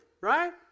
right